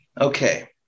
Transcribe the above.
Okay